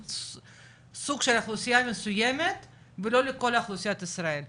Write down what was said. סוג של אוכלוסייה מסוימת ולא לכל אוכלוסיית ישראל,